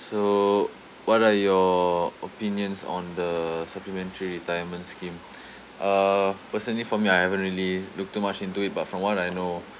so what are your opinions on the supplementary retirement scheme uh personally for me I haven't really look too much into it but from what I know